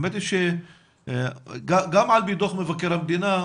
האמת היא שגם על פי דוח מבקר המדינה,